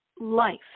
life